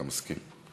אתה מסכים.